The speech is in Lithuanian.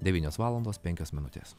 devynios valandos penkios minutės